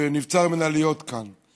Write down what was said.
שנבצר ממנה להיות כאן.